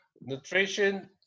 Nutrition